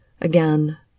Again